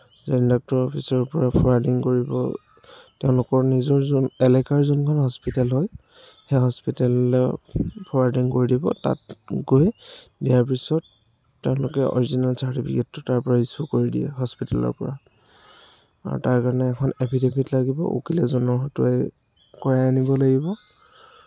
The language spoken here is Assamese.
জইণ্ট ডাইৰেক্টৰৰ অফিচৰৰ পৰা ফৰ্ৱাৰ্ডিং কৰি আকৌ তেওঁলোকৰ নিজৰ যোন এলেকাৰ যোনখন হস্পিতাল হয় সেই হস্পিতালৰ ফৰ্ৱাৰ্ডিং কৰি দিব তাত গৈ দিয়াৰ পিছত তেওঁলোকে অৰিজিনেল চাৰ্টিফিটটো তাৰপৰা ইশ্ব্যু কৰি দিয়ে হস্পিতালৰ পৰা আৰু তাৰ কাৰণে এখন এফিডেফিড এখন লাগিব উকিল এজনৰ হতুৱাই কৰাই আনিব লাগিব